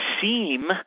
seem